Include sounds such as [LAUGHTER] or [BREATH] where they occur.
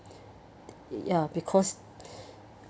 [BREATH] ya because [BREATH]